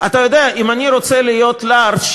אני לא אומר את זה בצורה צינית,